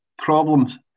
problems